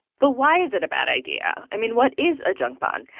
but why is it a bad idea? i mean, what is a junk bond?